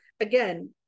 again